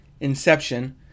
inception